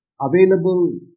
available